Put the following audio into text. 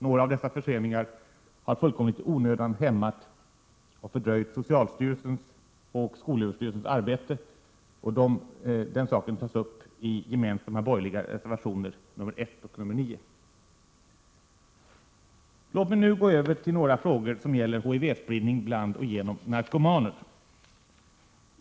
Några av dessa förseningar, som fullkomligt i onödan har hämmat och fördröjt socialstyrelsens och skolöverstyrelsens arbete, tas upp i gemensamma borgerliga reservationer, nr 1 och nr 9. Låt mig nu gå över till några frågor som gäller HIV-spridning bland och genom narkomaner.